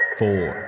four